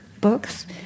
books